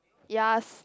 yes